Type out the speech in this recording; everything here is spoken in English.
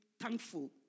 thankful